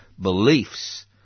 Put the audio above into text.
beliefs